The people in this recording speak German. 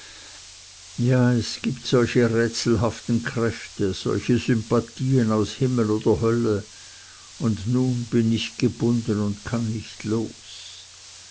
ja es gibt solche rätselhaften kräfte solche sympathien aus himmel oder hölle und nun bin ich gebunden und kann nicht los